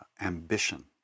ambition